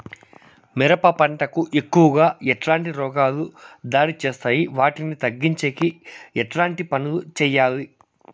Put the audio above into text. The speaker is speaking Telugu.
మిరప పంట కు ఎక్కువగా ఎట్లాంటి రోగాలు దాడి చేస్తాయి వాటిని తగ్గించేకి ఎట్లాంటి పనులు చెయ్యాలి?